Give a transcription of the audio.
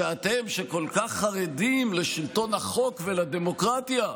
שאתם, שכל כך חרדים לשלטון החוק ולדמוקרטיה,